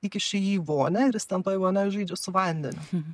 įkiši jį į vonią ir jis ten toj vonioj žaidžia su vandeniu